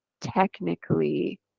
technically